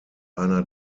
einer